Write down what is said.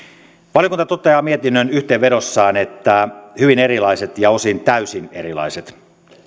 valiokunta toteaa mietinnön yhteenvedossaan että hyvin erilaiset ja osin täysin erilaiset